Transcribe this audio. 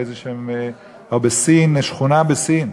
או שכונה בסין.